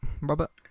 Robert